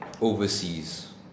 Overseas